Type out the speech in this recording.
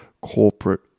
corporate